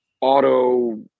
auto